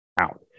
out